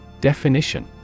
Definition